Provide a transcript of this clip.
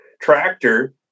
tractor